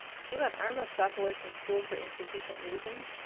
she let irma stop away from school for insufficient reasons,